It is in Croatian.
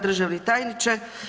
Državni tajniče.